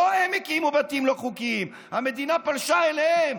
לא הם הקימו בתים לא חוקיים, המדינה פלשה אליהם.